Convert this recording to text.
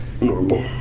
normal